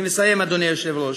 אני מסיים, אדוני היושב-ראש.